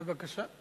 בבקשה.